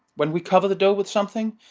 when we cover the dough with something,